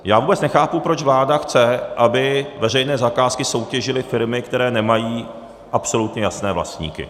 Já vůbec nechápu, proč vláda chce, aby veřejné zakázky soutěžily firmy, které nemají absolutně jasné vlastníky.